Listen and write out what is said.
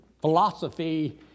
philosophy